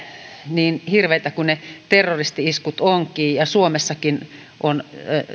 niin hirveitä kuin ne terroristi iskut ovatkin ja suomessakin on